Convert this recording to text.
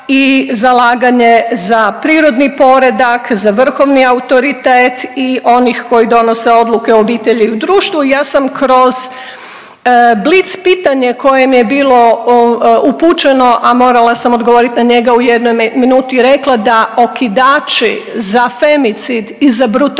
i zalaganje za prirodni poredak, za vrhovni autoritet i onih koji donose odluke o obitelji i u društvu. Ja sam kroz blitz pitanje koje mi je bilo upućeno, a morala sam odgovoriti na njega u jednoj minuti rekla da okidači za femicid i za brutalizaciju